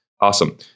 awesome